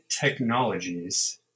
technologies